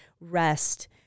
rest